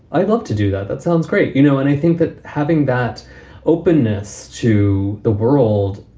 i'd love to do that. that sounds great. you know, and i think that having that openness to the world,